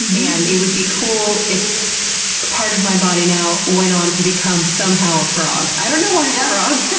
and it would be cool if part of my body now went on to become somehow a frog. i don't know why a frog.